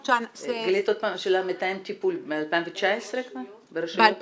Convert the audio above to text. גלית, שאלה, מתאם טיפול מ-2019 כבר ברשויות?